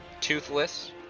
Toothless